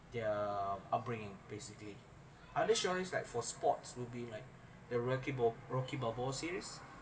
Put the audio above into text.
their upbringing basically other show like for sports will be like the rockyball~ rocky balboa series